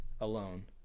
alone